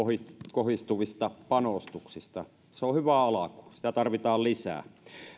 kohdistuvista panostuksista se on hyvä ala sitä tarvitaan lisää